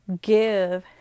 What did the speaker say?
give